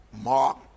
Mark